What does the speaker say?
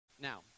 Now